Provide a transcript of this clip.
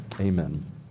Amen